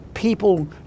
people